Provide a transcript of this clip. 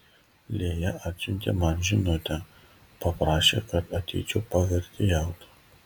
lėja atsiuntė man žinutę paprašė kad ateičiau pavertėjaut